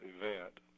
event